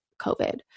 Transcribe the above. COVID